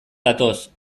datoz